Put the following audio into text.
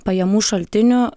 pajamų šaltinių